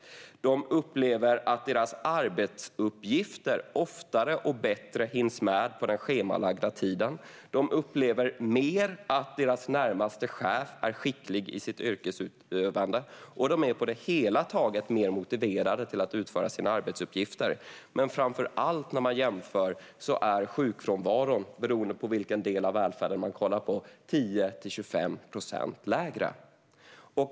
De upplever att deras arbetsuppgifter oftare och bättre hinns med på den schemalagda tiden. De upplever mer att deras närmaste chef är skicklig i sitt yrkesutövande. De är på det hela taget mer motiverade att utföra sina arbetsuppgifter. Men framför allt kan man jämföra sjukfrånvaron. Den är, beroende på vilken del av välfärden man kollar på, 10-25 procent lägre.